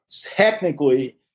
technically